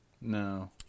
No